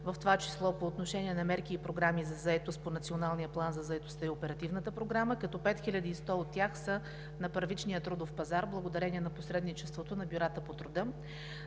в това число по отношение на мерки и програми за заетост по Националния план за заетостта и Оперативната програма, като 5100 от тях са на първичния трудов пазар благодарение на посредничеството на бюрата по труда.